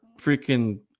freaking